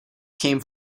came